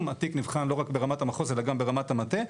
התיק נבחן לא רק ברמת המחוז אלא גם ברמת המטה.